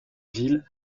ville